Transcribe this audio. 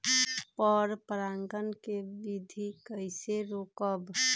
पर परागण केबिधी कईसे रोकब?